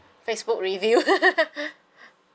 Facebook review